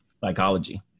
Psychology